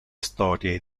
storie